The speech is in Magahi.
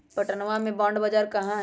पटनवा में बॉण्ड बाजार कहाँ हई?